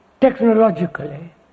technologically